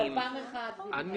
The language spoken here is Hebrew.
אבל פעם אחת בלבד.